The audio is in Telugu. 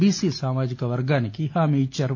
బిసి సామాజిక వర్గానికి హామీ ఇచ్చారు